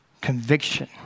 conviction